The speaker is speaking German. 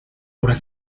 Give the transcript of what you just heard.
oder